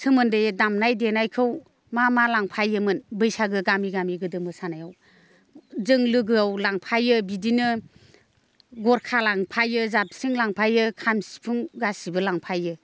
सोमोन्दैयै दामनाय देनायखौ मा मा लांफायोमोन बैसागु गामि गामि गोदो मोसानायाव जों लोगोआव लांफायो बिदिनो गरखा लांफायो जाबस्रिं लांफायो खाम सिफुं गासैबो लांफायो